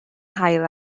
haul